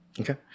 Okay